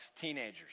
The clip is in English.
teenagers